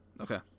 Okay